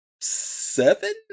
seven